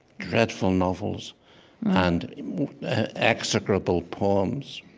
dreadful novels and execrable poems.